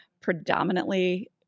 predominantly